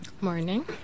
Morning